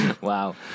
Wow